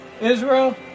Israel